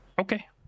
Okay